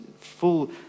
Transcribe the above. full